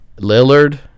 Lillard